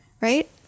right